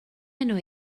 enw